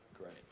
Great